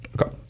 Okay